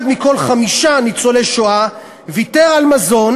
אחד מכל חמישה מניצולי השואה ויתר על מזון